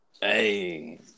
Hey